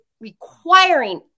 requiring